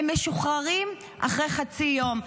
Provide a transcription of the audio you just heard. הם משוחררים אחרי חצי יום,